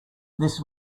this